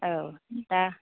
औ दा